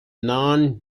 narn